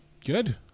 Good